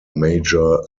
major